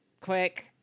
quick